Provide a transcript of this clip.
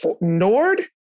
Nord